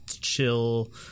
chill